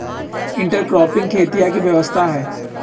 intercropping खेतीया के व्यवस्था हई